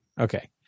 Okay